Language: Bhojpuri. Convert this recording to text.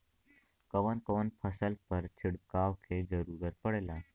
कवन कवन फसल पर छिड़काव के जरूरत पड़ेला?